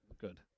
good